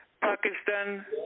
Pakistan